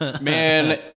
Man